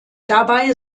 dabei